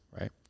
Right